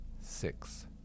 six